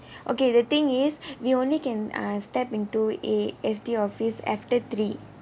okay the thing is we only can uh step into eh S_D office after three